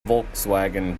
volkswagen